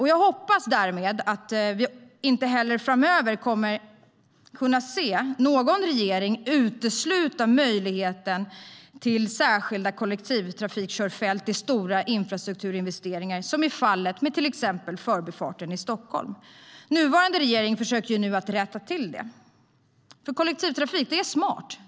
Jag hoppas därför att vi inte heller framöver kommer att se någon regering utesluta möjligheten till särskilda kollektivtrafikkörfält i stora infrastrukturinvesteringar, som till exempel har varit fallet med Förbifart Stockholm. Den nuvarande regeringen försöker nu att rätta till detta. Kollektivtrafik är smart.